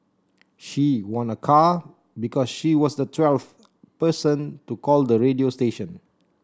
she won a car because she was the twelfth person to call the radio station